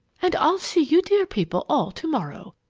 and i'll see you dear people all to-morrow.